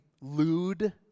lewd